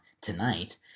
tonight